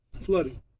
flooding